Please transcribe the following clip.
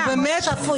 זו ממש לא הצגה.